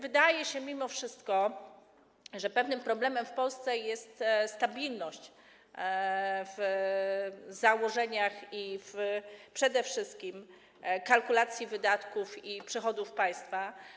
Wydaje się mimo wszystko, że pewnym problemem w Polsce jest stabilność w założeniach i przede wszystkim w kalkulacji wydatków i przychodów państwa.